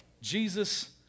Jesus